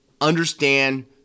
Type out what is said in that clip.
understand